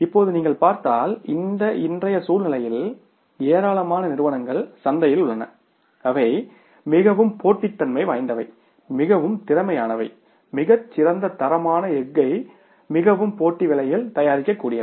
இப்போது நீங்கள் பார்த்தால் இன்றைய சூழ்நிலைகளில் ஏராளமான நிறுவனங்கள் சந்தையில் உள்ளன அவை மிகவும் போட்டித்தன்மை வாய்ந்தவை மிகவும் திறமையானவை மிகச் சிறந்த தரமான எஃகு மிகவும் போட்டி விலையில் தயாரிக்கக்கூடியவை